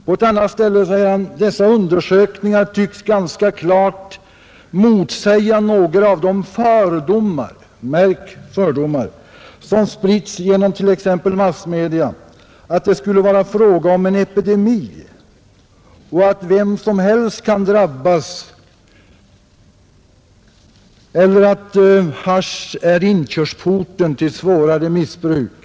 På ett annat ställe åberopar han vissa undersökningar och säger att dessa tycks ganska klart motsäga några av de fördomar — märk ”fördomar”! — som spritts genom t.ex. massmedia — att det skulle vara fråga om en epidemi, som vem som helst kan drabbas av, eller att hasch är inkörsporten till svårare missbruk.